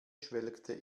schwelgte